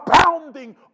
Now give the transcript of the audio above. Abounding